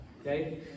okay